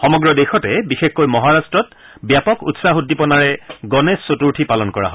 সমগ্ৰ দেশতে বিশেষকৈ মহাৰাট্টত ব্যাপক উৎসাহ উদ্দীপনাৰে গণেশ চতুৰ্থী পালন কৰা হয়